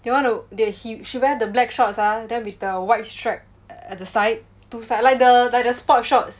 they want to they he she wear the black shorts ah then with the white strap at the side two side like the like the sports shorts